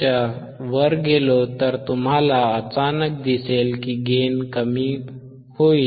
5KHz वर गेलो तर तुम्हाला अचानक दिसेल की गेन कमी होईल